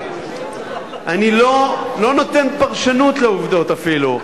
אני לא נותן פרשנות לעובדות אפילו,